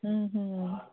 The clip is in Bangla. হুম হুম